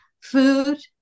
food